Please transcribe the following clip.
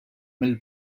mal